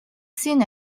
seen